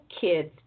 Kids